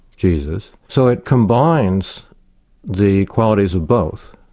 jesus, so it combines the qualities of both,